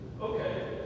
Okay